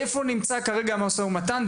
איפה נמצא כרגע המשא ומתן,